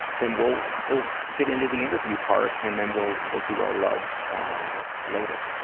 then we'll we'll get into the interview part and then we'll we'll do our loves later.